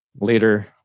later